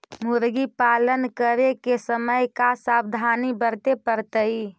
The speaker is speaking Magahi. मुर्गी पालन करे के समय का सावधानी वर्तें पड़तई?